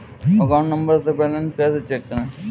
Account number से balance कैसे check करें?